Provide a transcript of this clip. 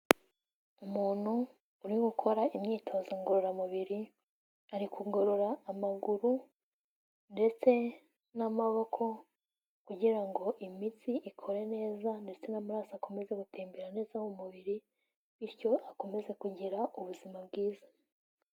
Umuntu uri gukora imyitozo ngororamubiri, ari kugorora amaguru ndetse n'amaboko kugira ngo imitsi ikore neza ndetse n'amaraso akomeze gutembera neza mu mubiri bityo akomeze kugira ubuzima bwiza.